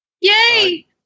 Yay